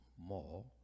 more